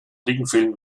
regenfällen